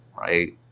right